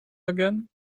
again